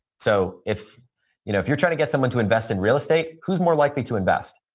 so, if you know if you're trying to get someone to invest in real estate, who's more likely to invest,